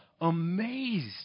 amazed